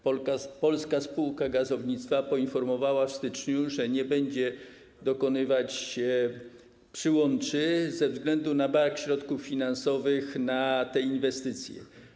Polska Spółka Gazownictwa poinformowała w styczniu, że nie będzie wykonywać przyłączy ze względu na brak środków finansowych na te inwestycje.